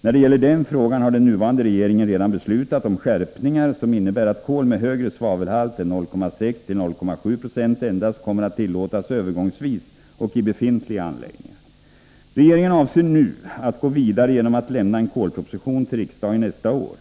När det gäller den frågan har den nuvarande regeringen redan beslutat om skärpningar som innebär att kol med högre svavelhalt än 0,6-0,7 20 endast kommer att tillåtas övergångsvis och i befintliga anläggningar. Regeringen avser nu att gå vidare genom att lämna en kolproposition till riksdagen nästa år.